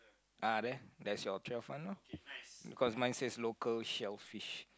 ah there that's your trail fund lor cause mine says local shellfish